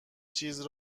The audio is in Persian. چیز